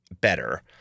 better